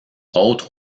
autres